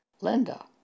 Linda